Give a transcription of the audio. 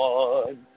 one